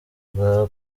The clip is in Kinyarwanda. bwa